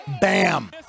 Bam